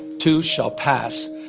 too, shall pass.